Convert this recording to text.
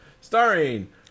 Starring